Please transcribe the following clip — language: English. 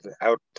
out